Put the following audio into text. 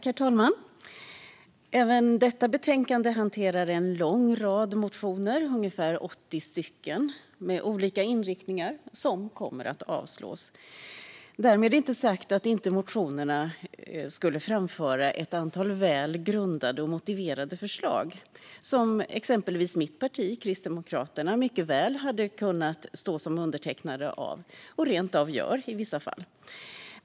Herr talman! Även detta betänkande hanterar en lång rad motioner, ungefär 80 stycken, med olika inriktningar, som kommer att avslås. Därmed inte sagt att motionerna inte skulle innehålla ett antal väl grundade och motiverade förslag, som exempelvis mitt parti Kristdemokraterna mycket väl hade kunnat stå som undertecknare av - och rent av gör i vissa fall.